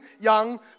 young